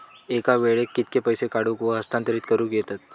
एका वेळाक कित्के पैसे काढूक व हस्तांतरित करूक येतत?